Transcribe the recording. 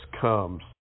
comes